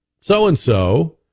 so-and-so